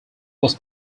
was